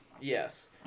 Yes